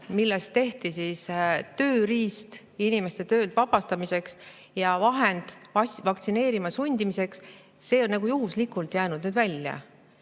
millest tehti tööriist inimeste töölt vabastamiseks ja vahend vaktsineerima sundimiseks, on nagu juhuslikult jäänud nüüd välja.